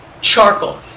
charcoal